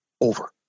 over